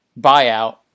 buyout